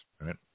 right